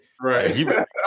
Right